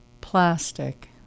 Plastic